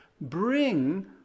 bring